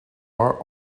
are